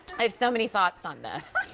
i have so many thoughts on this.